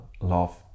love